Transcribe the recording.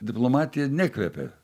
diplomatija nekvepia